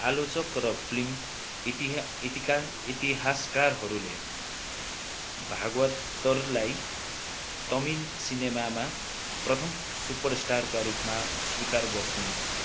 आलोचक र फ्लिम इतिहासकारहरूले भागवतरलाई तामिल सिनेमामा प्रथम सुपरस्टारका रूपमा स्वीकार गर्छन्